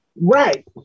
Right